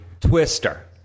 Twister